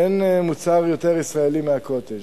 אין מוצר יותר ישראלי מה"קוטג'".